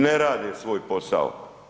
Ne radi svoj posao.